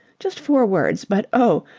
just four words, but oh!